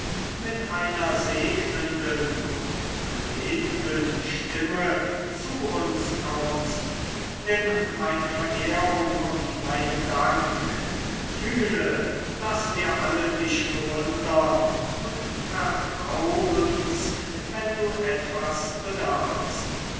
mit einer segnenden und belebenden stimme zu uns kommst nimm meine verehrung und meinen dank fühle daß wir alle dich bewundern und vertrau uns wenn du etwas bedarfst